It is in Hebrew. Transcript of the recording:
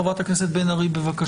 חברת הכנסת בן ארי, בבקשה.